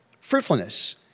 Fruitfulness